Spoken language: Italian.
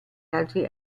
altri